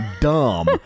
dumb